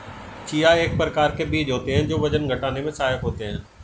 chia एक प्रकार के बीज होते हैं जो वजन घटाने में सहायक होते हैं